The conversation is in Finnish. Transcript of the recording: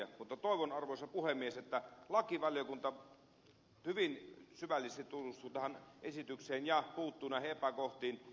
mutta toivon arvoisa puhemies että lakivaliokunta hyvin syvällisesti tutustuu tähän esitykseen ja puuttuu näihin epäkohtiin